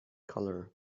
color